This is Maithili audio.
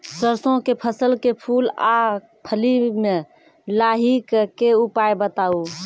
सरसों के फसल के फूल आ फली मे लाहीक के उपाय बताऊ?